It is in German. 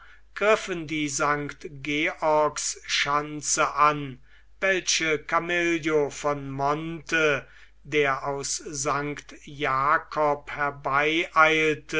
griffen die st georgs schanze an welche camillo von monte der aus st